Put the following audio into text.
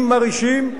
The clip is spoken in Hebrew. עם מרעישים.